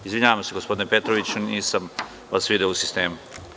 Izvinjavam se gospodine Petroviću, nisam vas video u sistemu.